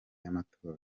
y’amatora